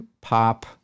pop